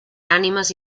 ànimes